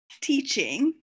teaching